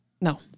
No